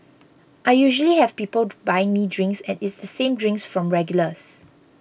I usually have people buying me drinks and it's the same drinks from regulars